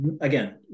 again